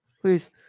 please